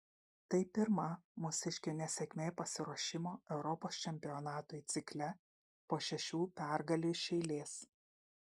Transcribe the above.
tai pirma mūsiškių nesėkmė pasiruošimo europos čempionatui cikle po šešių pergalių iš eilės